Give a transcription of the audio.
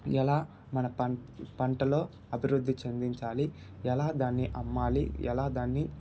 ఎలా మన పంట పంటలో అభివృద్ధి చెందించాలి ఎలా దాన్ని అమ్మాలి ఎలా దాన్ని